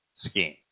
scheme